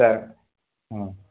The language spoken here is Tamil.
சரி ம்